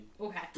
Okay